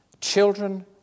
Children